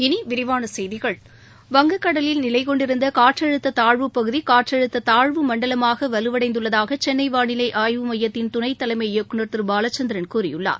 இனி விரிவான செய்திகள் வங்கக்கடலில் நிலை கொண்டிருந்த காற்றழுத்த தாழ்வுப்பகுதி காற்றழுத்த தாழ்வு மண்டலமாக வலுவடைந்துள்ளதாக சென்னை வாளிலை ஆய்வு மையத்தின் துணை தலைமை இயக்குனர் திரு பாலச்சந்திரன் கூறியுள்ளார்